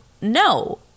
No